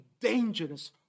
dangerous